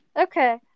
Okay